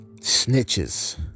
Snitches